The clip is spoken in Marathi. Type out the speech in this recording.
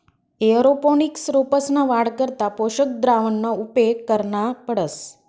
एअरोपोनिक्स रोपंसना वाढ करता पोषक द्रावणना उपेग करना पडस